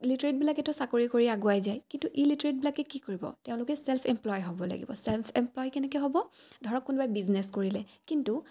লিটৰেটবিলাকেতো চাকৰি কৰি আগুৱাই যায় কিন্তু ইলিটৰেটবিলাকে কি কৰিব তেওঁলোকে চেল্ফ এমপ্লয় হ'ব লাগিব চেল্ফ এমপ্লয় কেনেকৈ হ'ব ধৰক কোনোবাই বিজনেছ কৰিলে কিন্তু